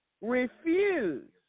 refuse